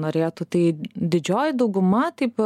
norėtų tai didžioji dauguma taip